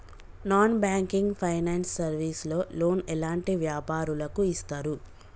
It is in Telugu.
నాన్ బ్యాంకింగ్ ఫైనాన్స్ సర్వీస్ లో లోన్ ఎలాంటి వ్యాపారులకు ఇస్తరు?